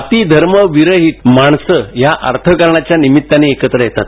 जाती धर्म विरहीत माणसं या अर्थकारणाच्या निमित्तानं एकत्र येतात